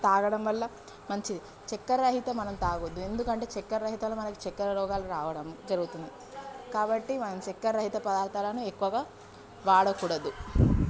తాగడం వల్ల మంచిది చక్కెర రహిత మనం తాగవద్దు ఎందుకంటే చక్కెర రహితలో మనకి చక్కెర రోగాలు రావడం జరుగుతుంది కాబట్టి మనం చక్కెర రహిత పదార్థాలను ఎక్కువగా వాడకూడదు